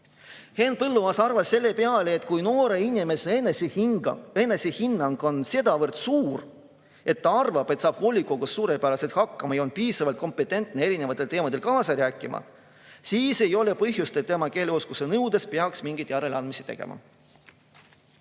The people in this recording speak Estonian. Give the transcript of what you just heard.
Henn Põlluaas arvas selle peale, et kui noore inimese enesehinnang on sedavõrd suur, et ta arvab, et saab volikogus suurepäraselt hakkama ja on piisavalt kompetentne erinevatel teemadel kaasa rääkima, siis ei ole põhjust, et tema keeleoskuse nõudes peaks mingeid järeleandmisi tegema.